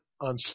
on